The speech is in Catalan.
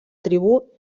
tribú